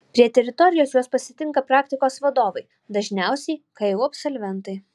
prie teritorijos juos pasitinka praktikos vadovai dažniausiai ku absolventai